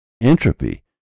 entropy